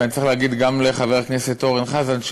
ואני צריך להגיד גם לחבר הכנסת אורן חזן,